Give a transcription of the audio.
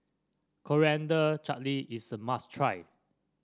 Coriander Chutney is a must try